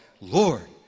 Lord